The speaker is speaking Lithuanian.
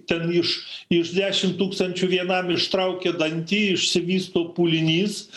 ten iš iš dešim tūkstančių vienam ištraukė dantį išsivysto pūlinys